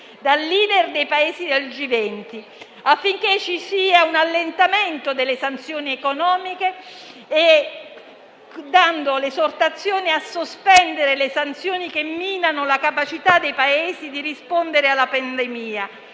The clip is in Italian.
dal *leader* dei Paesi del G20, affinché ci sia un allentamento delle sanzioni economiche, esortando a sospendere le sanzioni che minano la capacità dei Paesi di rispondere alla pandemia